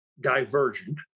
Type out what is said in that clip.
divergent